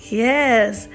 yes